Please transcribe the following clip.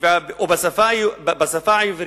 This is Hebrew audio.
ובשפה העברית,